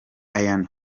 ian